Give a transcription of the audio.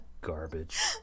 garbage